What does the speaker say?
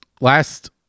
Last